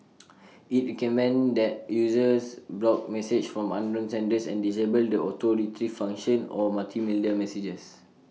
IT recommended that users block messages from unknown senders and disable the auto Retrieve function or multimedia messages